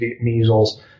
measles